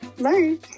bye